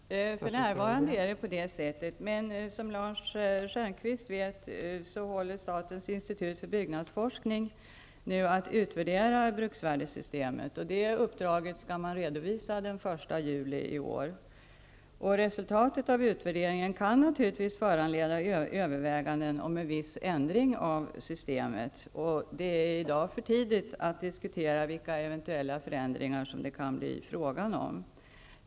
Fru talman! För närvarande är det på det sättet. Men som Lars Stjernkvist vet håller statens institut för byggnadsforskning nu på att utvärdera bruksvärdessystemet. Det uppdraget skall man redovisa den 1 juli i år. Resultatet av utvärderingen kan naturligtvis föranleda överväganden om en viss ändring av systemet. Det är i dag för tidigt att diskutera vilka eventuella förändringar som det kan bli fråga om.